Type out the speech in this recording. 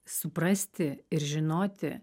suprasti ir žinoti